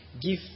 give